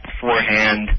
beforehand